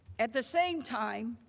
at the same time,